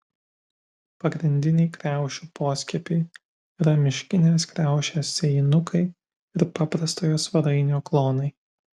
pagrindiniai kriaušių poskiepiai yra miškinės kriaušės sėjinukai ir paprastojo svarainio klonai